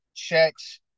checks